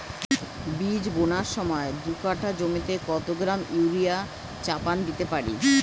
বীজ বোনার সময় দু কাঠা জমিতে কত গ্রাম ইউরিয়া চাপান দিতে পারি?